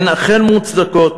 הן אכן מוצדקות.